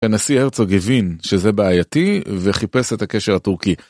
הנשיא הרצוג גבין, שזה בעייתי, וחיפש את הקשר הטורקי.